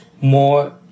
more